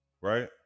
Right